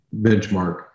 benchmark